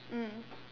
mm